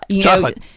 chocolate